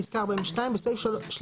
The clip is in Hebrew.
פסקה 42. (42) בסעיף 321,